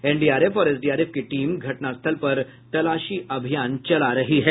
NDRF और SDRF की team घटनास्थल पर तलाशी अभियान चला रही है